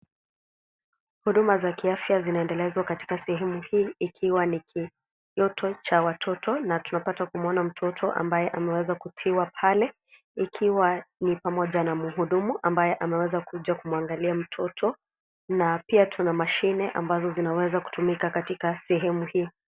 Huduma za kifya zinaendelezwa katika sehemu hii, ikiwa ni ki.,doto cha watoto. Tunapata kumwona mtoto, ambaye anaweza kutiwa pale, ikiwa ni pamoja na mhudumu, ambaye ameweza kuja kumwangalia mtoto na pia tuna mashine, ambazo zinaweza kutumika katika sehemu hii.